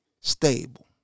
stable